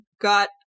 got